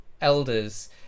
elders